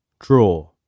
Draw